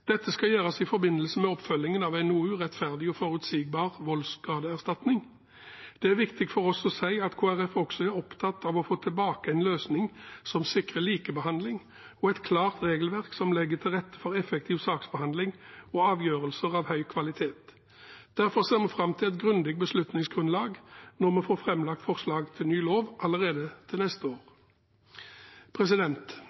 Dette skal gjøres i forbindelse med oppfølgingen av NOU 2016: 9, Rettferdig og forutsigbar – voldsskadeerstatning. Det er viktig for oss å si at Kristelig Folkeparti også er opptatt av å få tilbake en løsning som sikrer likebehandling, og et klart regelverk som legger til rette for effektiv saksbehandling og avgjørelser av høy kvalitet. Derfor ser vi fram til et grundig beslutningsgrunnlag når vi får framlagt forslag til ny lov allerede til neste